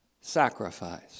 sacrifice